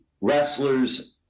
wrestlers